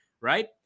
right